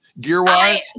gear-wise